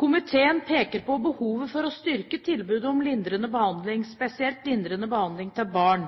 Komiteen peker på behovet for å styrke tilbudet om lindrende behandling, spesielt lindrende behandling til barn.